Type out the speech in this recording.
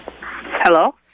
Hello